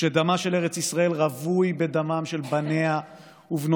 דמה של ארץ ישראל רווי בדמם של בניה ובנותיה